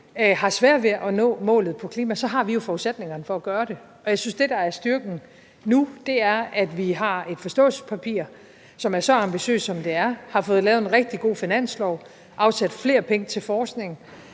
har sværere ved at nå målet på klimaområdet, så har vi jo forudsætningerne for at gøre det. Jeg synes, at det, der er styrken nu, er, at vi har et forståelsespapir, som er så ambitiøst, som det er. Vi har fået lavet en rigtig god finanslov, afsat flere penge til forskning,